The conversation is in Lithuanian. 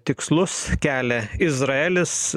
tikslus kelia izraelis